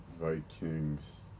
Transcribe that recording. Vikings